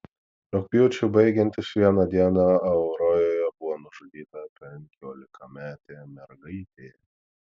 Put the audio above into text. rugpjūčiui baigiantis vieną dieną auroroje buvo nužudyta penkiolikametė mergaitė